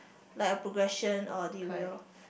like a progression or they will